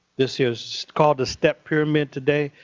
this is called the step pyramid today.